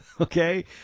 okay